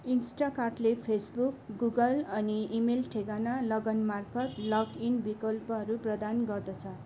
इन्स्टाकार्टले Facebook Google अनि email ठेगाना लगनमार्फत लगइन विकल्पहरू प्रदान गर्दछ